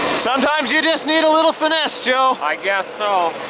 sometimes you just need a little finesse, joe. i guess so.